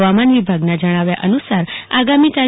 હવામાન વિભાગ જણાવ્યા અનુસાર આગામી તા